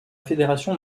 fédération